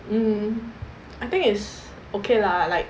mm I think it's okay lah like